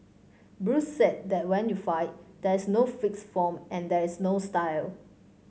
Bruce said that when you fight there is no fixed form and there is no style